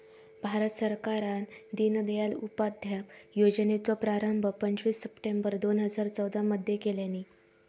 भारत सरकारान दिनदयाल उपाध्याय योजनेचो प्रारंभ पंचवीस सप्टेंबर दोन हजार चौदा मध्ये केल्यानी